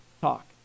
talk